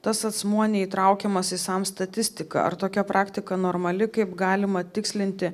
tas asmuo neįtraukiamas į sam statistiką ar tokia praktika normali kaip galima tikslinti